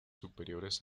superiores